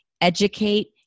educate